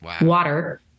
water